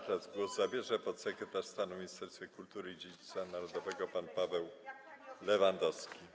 Teraz głos zabierze podsekretarz stanu w Ministerstwie Kultury i Dziedzictwa Narodowego pan Paweł Lewandowski.